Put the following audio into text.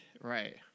right